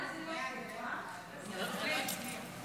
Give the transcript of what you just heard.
סעיף 1